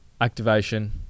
activation